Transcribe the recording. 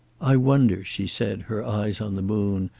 i wonder, she said, her eyes on the moon,